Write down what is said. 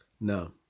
No